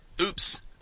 oops